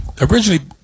originally